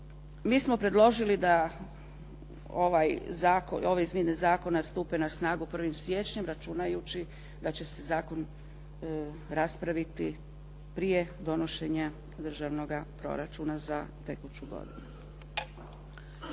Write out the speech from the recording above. Mi smo predložili da ove izmjene zakona stupe na snagu 1. siječnjem računajući da će se zakon raspraviti prije donošenja državnog proračuna za tekuću godinu.